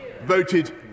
voted